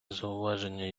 зауваження